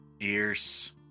Ears